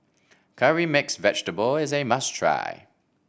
Curry Mixed Vegetable is a must try